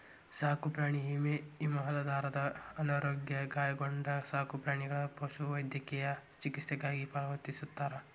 ಸಾಕುಪ್ರಾಣಿ ವಿಮೆ ವಿಮಾದಾರರ ಅನಾರೋಗ್ಯ ಗಾಯಗೊಂಡ ಸಾಕುಪ್ರಾಣಿಗಳ ಪಶುವೈದ್ಯಕೇಯ ಚಿಕಿತ್ಸೆಗಾಗಿ ಪಾವತಿಸ್ತಾರ